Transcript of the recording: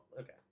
okay